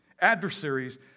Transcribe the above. Adversaries